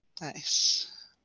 Nice